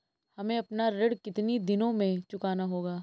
हमें अपना ऋण कितनी दिनों में चुकाना होगा?